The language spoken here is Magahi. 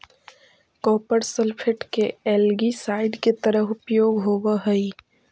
कॉपर सल्फेट के एल्गीसाइड के तरह उपयोग होवऽ हई